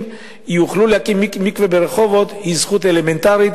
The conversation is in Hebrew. יוכלו להקים מקווה ברחובות היא זכות אלמנטרית,